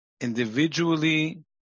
individually